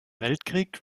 weltkrieg